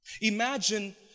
Imagine